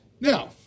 Now